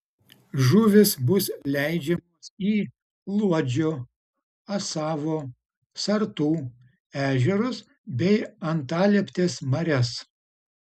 žuvys bus leidžiamos į luodžio asavo sartų ežerus bei antalieptės marias